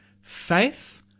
Faith